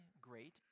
great